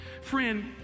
Friend